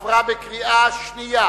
עברה בקריאה שנייה.